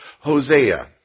Hosea